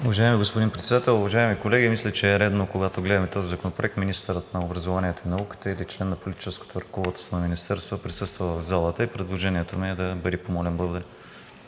Уважаеми господин Председател, уважаеми колеги! Мисля, че е редно, когато гледаме този законопроект, министърът на образованието и науката и лично на политическото ръководство на Министерството, да присъства в залата и предложението ми е да бъде помолен да